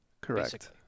Correct